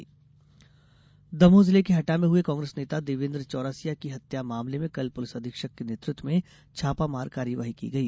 विधायक छापा दमोह जिले के हटा मे हुए कांग्रेस नेता देवेन्द्र चौरसिया की हत्या मामले में कल पुलिस अधीक्षक के नेतृत्व में छापामार कार्रवाई की गई